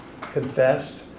confessed